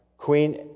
Queen